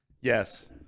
Yes